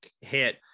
hit